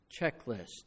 checklist